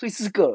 所以四个